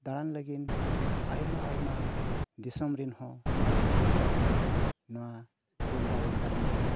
ᱫᱟᱬᱟᱱ ᱞᱟᱹᱜᱤᱫ ᱟᱭᱢᱟ ᱟᱭᱢᱟ ᱫᱤᱥᱚᱢ ᱨᱮᱱ ᱦᱚᱸ ᱦᱮᱡ ᱠᱟᱛᱮᱫ ᱱᱚᱣᱟ ᱵᱨᱤᱱᱫᱟᱵᱚᱱ ᱜᱟᱨᱰᱮᱱ ᱨᱮ